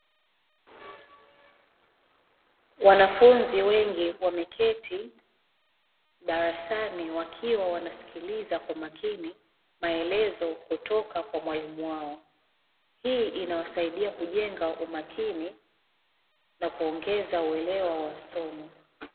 Wanafunzi wengi wameketi darasani, wakiwa wanasikiliza kwa makini maelezo kutoka kwa mwalimu wao. Hii inawasaidia kujenga umakini na kuongeza uelewa wa masomo.